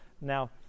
Now